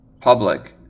public